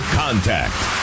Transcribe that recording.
contact